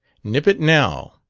nip it now.